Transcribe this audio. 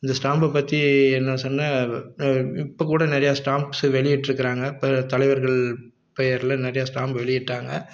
இந்த ஸ்டாம்பை பற்றி என்ன சொன்ன இப்போ கூட நிறைய ஸ்டாம்ப்ஸ் வெளியிட்டிருக்குறாங்க இப்போ தலைவர்கள் பெயரில் நிறைய ஸ்டாம்ப் வெளியிட்டாங்க